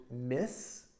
miss